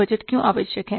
budget क्यों आवश्यक है